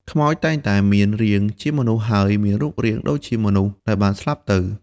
ខ្មោចតែងតែមានរាងជាមនុស្សហើយមានរូបរាងដូចជាមនុស្សដែលបានស្លាប់ទៅ។